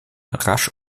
rasch